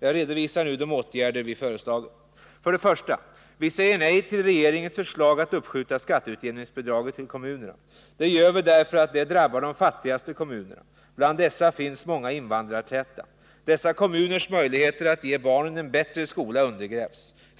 Jag redovisar nu de åtgärder vi föreslagit. 1. Vi säger nej till regeringens förslag att uppskjuta skatteutjämningsbidraget till kommunerna. Det gör vi därför att det drabbar de fattigaste kommunerna. Bland dessa finns många invandrartäta. Dessa kommuners möjligheter att ge barnen en bättre skola undergrävs.